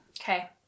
Okay